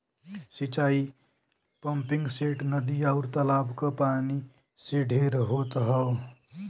सिंचाई पम्पिंगसेट, नदी, आउर तालाब क पानी से ढेर होत हौ